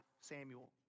Samuel